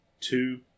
two